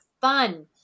fun